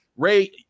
Ray